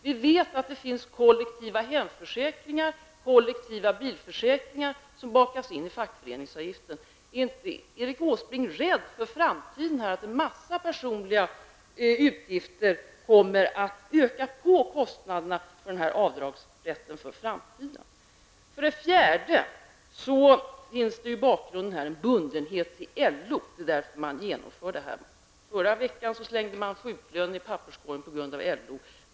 Vi vet att det finns kollektiva hemförsäkringar, kollektiva bilförsäkringar, som bakas in i fackföreningsavgiften. Är inte Erik Åsbrink rädd för att en massa personliga utgifter kommer att öka kostnaderna för avdragsrätten i framtiden? I bakgrunden finns bundenheten till LO. Det är därför man genomför detta. Förra veckan slängde man förslaget om sjuklön i papperskorgen på grund av LO.